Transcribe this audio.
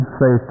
say